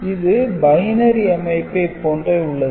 இது பைனரி அமைப்பை போன்றே உள்ளது